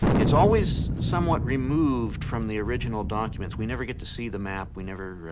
it's always somewhat removed from the original documents. we never get to see the map, we never